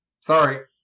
Sorry